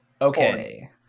okay